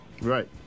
Right